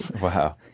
Wow